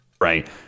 right